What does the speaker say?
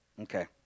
Okay